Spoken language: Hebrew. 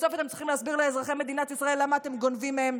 בסוף אתם צריכים להסביר לאזרחי מדינת ישראל למה אתם גונבים מהם,